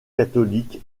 catholique